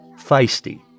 Feisty